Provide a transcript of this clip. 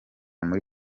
muri